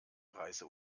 reise